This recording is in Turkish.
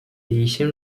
değişim